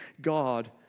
God